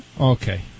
Okay